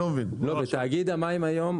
בתאגיד המים היום,